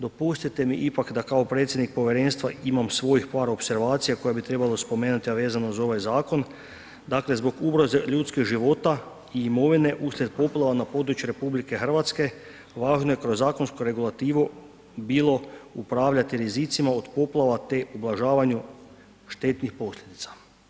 Dopustite mi ipak da kao predsjednik povjerenstva imam svojih par opservacija koje bi trebalo spomenuti a vezano za ovaj zakona, dakle zbog ugroze ljudskih života i imovine uslijed poplava na području RH, važno je kroz zakonsku regulativu bilo upravljati rizicima od poplava te ublažavanju štetnih posljedica.